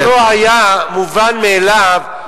והדבר לא היה מובן מאליו,